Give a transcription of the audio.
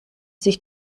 sich